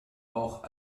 auch